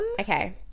Okay